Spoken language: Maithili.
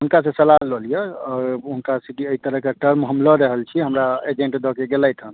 हुनकासँ सलाह लऽ लिअ हुनकासँ कि एहितरहके टर्म हम लऽ रहल छी हमरा एजेंट दऽ कऽ गेलथि हेँ